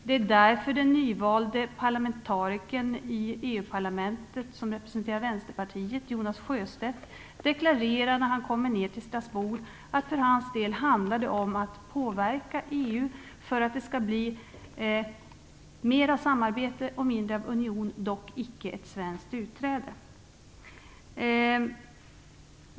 Det är därför som den nyvalde parlamentarikern i EU-parlamentet och som representerar Vänsterpartiet, Jonas Sjöstedt, när han kommer ned till Strasbourg deklarerar att det för hans del handlar om att påverka EU för att det skall bli mer samarbete och mindre av union, dock icke ett svenskt utträde.